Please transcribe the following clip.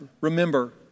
Remember